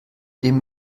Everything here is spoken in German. dem